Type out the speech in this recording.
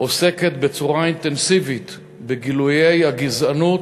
עוסקת בצורה אינטנסיבית בגילויי הגזענות,